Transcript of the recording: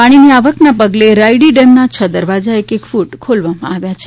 પાણીની આવકના પગલે રાપડી ડેમના છ દરવાજા એક એક ફ્રટ ખોલવામાં આવ્યા હતા